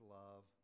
love